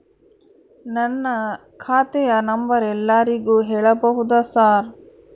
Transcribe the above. ನನ್ನ ಖಾತೆಯ ನಂಬರ್ ಎಲ್ಲರಿಗೂ ಹೇಳಬಹುದಾ ಸರ್?